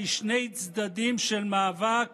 כשני צדדים של מאבק